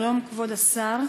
שלום, כבוד השר.